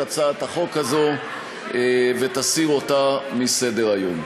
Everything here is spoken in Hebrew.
הצעת החוק הזאת ותסיר אותה מסדר-היום.